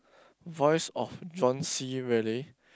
voice of John-C-Reilley